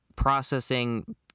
Processing